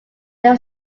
there